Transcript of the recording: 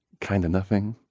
kind of nothing.